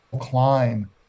climb